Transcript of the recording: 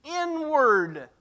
inward